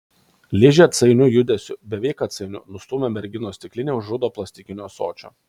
ližė atsainiu judesiu beveik atsainiu nustūmė merginos stiklinę už rudo plastikinio ąsočio